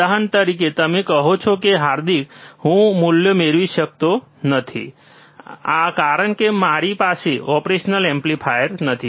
ઉદાહરણ તરીકે તમે કહો છો કે હાર્દિક હું મૂલ્યો મેળવી શકતો નથી કારણ કે મારી પાસે ઓપરેશનલ એમ્પ્લીફાયર નથી